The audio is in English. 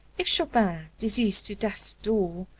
if chopin, diseased to death's door,